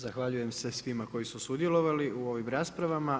Zahvaljujem se svima koji su sudjelovali u ovim raspravama.